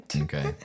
okay